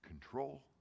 Control